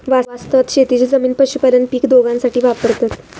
वास्तवात शेतीची जमीन पशुपालन आणि पीक दोघांसाठी वापरतत